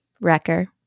wrecker